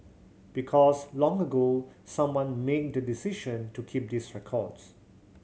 because long ago someone made the decision to keep these records